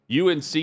UNC